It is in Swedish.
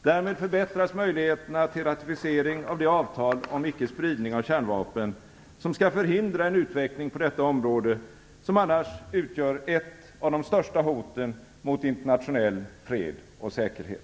Därmed förbättras möjligheterna till ratificering av det avtal som om ickespridning av kärnvapen som skall förhindra en utveckling på detta område som annars utgör ett av de största hoten mot internationell fred och säkerhet.